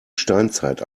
steinzeit